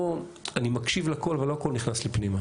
אני מקשיב לכול אבל לא הכול נכנס לי פנימה